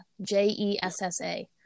j-e-s-s-a